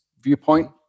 viewpoint